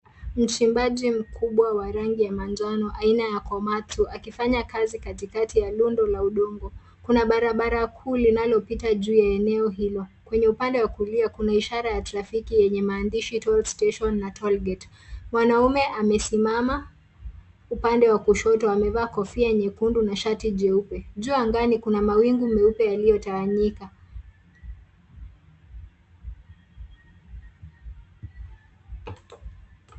Mchimbaji mkubwa wa rangi ya manjano aina ya komatu, akifanya kazi katikati ya rundo la udongo. Kuna barabara kuu linalopita juu ya eneo hilo. Kwenye upande wa kulia, kuna ishara ya trafiki yenye maandishi toll station na toll gate . Mwanaume amesimama upande wa kushoto amevaa kofia nyekundu na shati jeupe. Juu angani kuna mawingu meupe yaliyotawanyika.